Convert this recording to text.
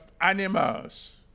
animals